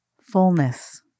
fullness